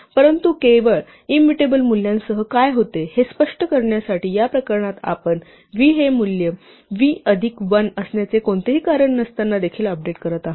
परंतु केवळ इंमुटेबल मूल्यांसह काय होते हे स्पष्ट करण्यासाठी या प्रकरणात आपण v हे मूल्य v अधिक 1 असण्याचे कोणतेही कारण नसताना देखील अपडेट करत आहोत